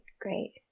great